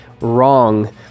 wrong